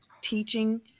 teaching